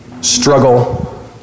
struggle